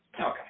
Okay